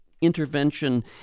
intervention